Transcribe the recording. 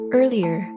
Earlier